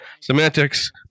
Semantics